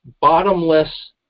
bottomless